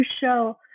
show